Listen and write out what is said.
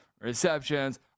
receptions